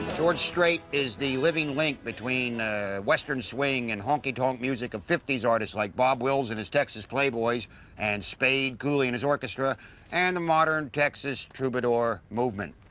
george strait is the living link between western swing and honky-tonk music of fifty s artists like bob wills and his texas playboys and spade cooley and his orchestra and the modern texas troubadour movement.